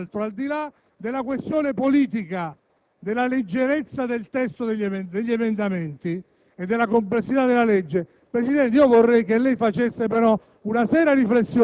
può essere posto all'ultimo momento.